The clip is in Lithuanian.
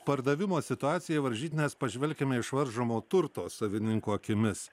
pardavimo situaciją į varžytines pažvelkime išvaržomo turto savininko akimis